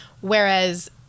whereas